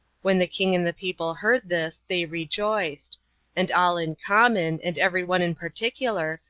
when the king and the people heard this, they rejoiced and all in common, and every one in particular,